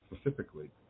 specifically